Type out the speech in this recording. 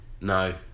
no